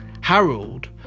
Harold